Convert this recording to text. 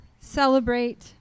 celebrate